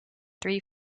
three